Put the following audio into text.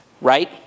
right